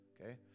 Okay